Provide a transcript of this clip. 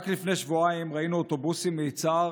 רק לפני שבועיים ראינו אוטובוסים מיצהר